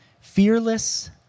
fearless